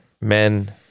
men